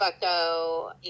Bucko